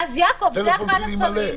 הטלפון שלי מלא.